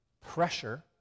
pressure